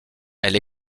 elle